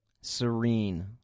serene